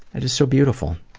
and is so beautiful.